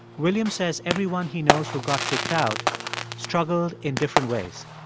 william says everyone he knows who got kicked out struggled in different ways